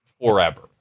forever